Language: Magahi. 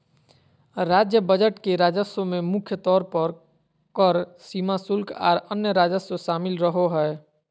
राज्य बजट के राजस्व में मुख्य तौर पर कर, सीमा शुल्क, आर अन्य राजस्व शामिल रहो हय